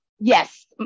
Yes